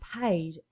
paid